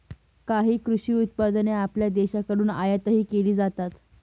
काही कृषी उत्पादने आपल्या देशाकडून आयातही केली जातात